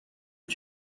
est